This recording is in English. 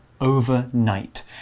overnight